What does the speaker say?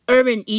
Urban